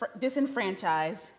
disenfranchised